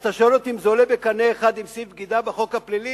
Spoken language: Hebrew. אז אתה שואל אותי אם זה עולה בקנה אחד עם סעיף בגידה בחוק הפלילי?